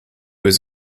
was